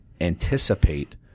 anticipate